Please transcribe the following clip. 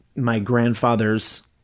my grandfather's